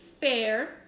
fair